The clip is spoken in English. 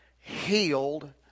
healed